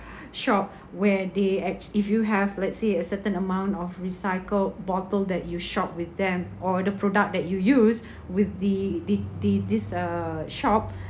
shop where they actu~ if you have let's say a certain amount of recycled bottle that you shopped with them or the product that you used with the the the this uh shop